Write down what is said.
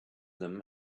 them